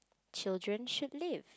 children should live